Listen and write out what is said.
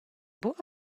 buca